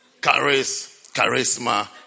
Charisma